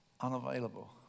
unavailable